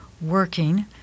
working